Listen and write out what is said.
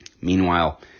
meanwhile